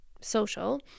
social